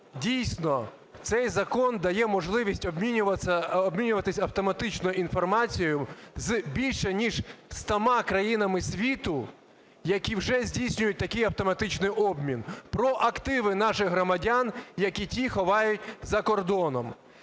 Дійсно, цей закон дає можливість обмінюватись автоматично інформацією з більше ніж ста країнами світу, які вже здійснюють такий автоматичний обмін про активи наших громадян, які ті ховають за кордоном.